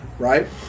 Right